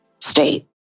State